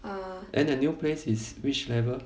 then the new place is which level